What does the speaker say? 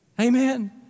Amen